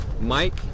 Mike